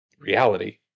reality